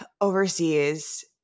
overseas